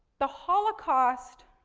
the holocaust